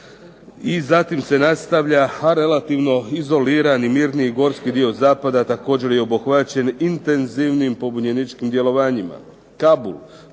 i zatim se nastavlja a relativno izolirani, mirni, gorski dio zapada također je obuhvaćen intenzivnim pobunjeničkim djelovanjima.